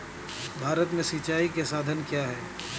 भारत में सिंचाई के साधन क्या है?